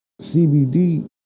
CBD